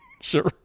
Sure